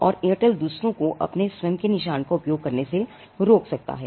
और एयरटेल दूसरों को अपने स्वयं के निशान का उपयोग करने से रोक सकता है